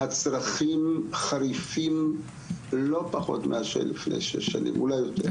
והצרכים חריפים לא פחות מאשר לפני שש שנים אולי יותר.